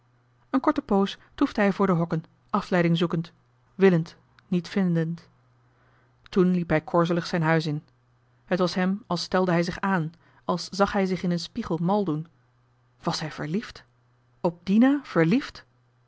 een korte poos toefde hij voor de hokken afleiding zoekend willend niet vindend toen liep hij korzelig zijn huis in het was hem als stelde hij zich aan als zag hij zich in een spiegel mal doen was hij verliefd op dina verliefd